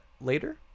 later